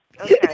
Okay